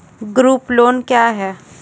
Group loan क्या है?